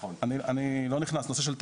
אני לא נכנס לנושא של תעריפים,